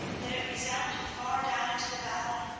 that it resounded far down into the valley.